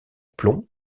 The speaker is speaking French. plomb